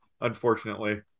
unfortunately